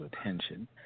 attention